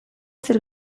zer